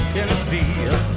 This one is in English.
Tennessee